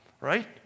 right